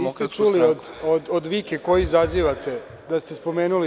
Niste čuli od vike koju izazivate da ste spomenuli DS.